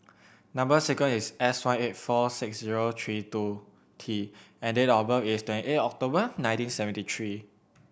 number sequence is S one eight four six zero three two T and date of birth is twenty eight October nineteen seventy three